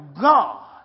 God